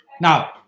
now